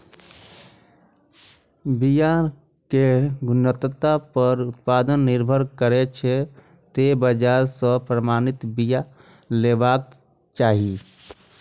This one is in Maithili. बिया केर गुणवत्ता पर ही उत्पादन निर्भर करै छै, तें बाजार सं प्रमाणित बिया लेबाक चाही